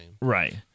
Right